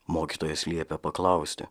mokytojas liepė paklausti